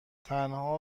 تنها